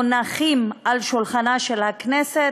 מונחים על שולחנה של הכנסת,